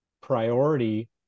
priority